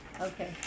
Okay